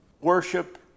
Worship